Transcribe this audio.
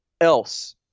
else